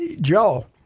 Joe